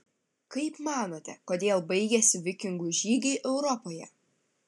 kaip manote kodėl baigėsi vikingų žygiai europoje